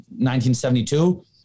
1972